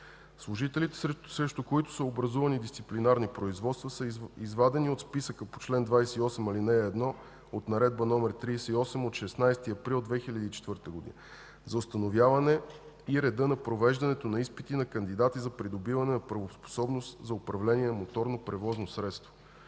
Служителите, срещу които са образувани дисциплинарни производства, са извадени от списъка по чл. 28, ал. 1 от Наредба № 38 от 16 април 2004 г. за установяване и реда на провеждане на изпитите на кандидати за придобиване на правоспособност за управление на моторно превозно средство